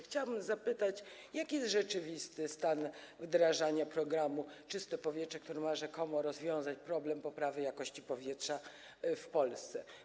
Chciałabym zapytać, jaki jest rzeczywisty stan wdrażania programu „Czyste powietrze”, który ma rzekomo rozwiązać problem poprawy jakości powietrza w Polsce.